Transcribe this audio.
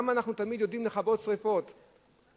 למה אנחנו תמיד יודעים לכבות שרפות ב"סופר-טנקרים"